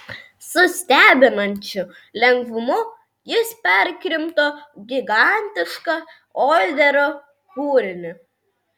su stebinančiu lengvumu jis perkrimto gigantišką oilerio kūrinį